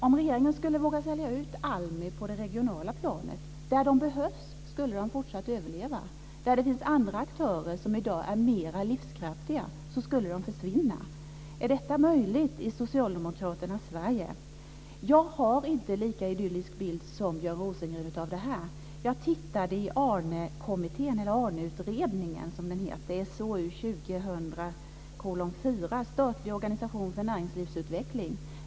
Om regeringen skulle våga sälja ut ALMI på det regionala planet, där de behövs, skulle de överleva. Där det finns andra aktörer som i dag är mer livskraftiga skulle de försvinna. Är detta möjligt i socialdemokraternas Sverige? Jag har inte en lika idyllisk bild som Björn Rosengren av detta. Jag tittade i ARNE-utredningen, som den heter, SOU 2000:04 Statlig organisation för näringslivsutveckling.